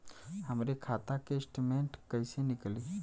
हमरे खाता के स्टेटमेंट कइसे निकली?